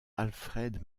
alfred